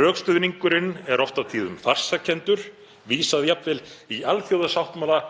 Rökstuðningurinn er oft og tíðum farsakenndur, jafnvel vísað í alþjóðasáttmála